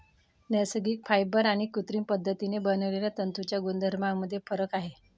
नैसर्गिक फायबर आणि कृत्रिम पद्धतीने बनवलेल्या तंतूंच्या गुणधर्मांमध्ये फरक आहे